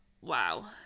wow